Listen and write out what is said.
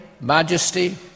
majesty